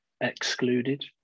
excluded